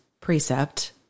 precept